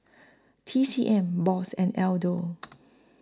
T C M Bose and Aldo